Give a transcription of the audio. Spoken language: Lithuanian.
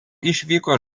išvyko